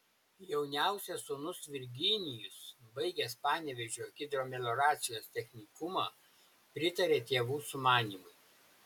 jauniausias sūnus virginijus baigęs panevėžio hidromelioracijos technikumą pritarė tėvų sumanymui